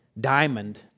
diamond